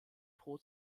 pro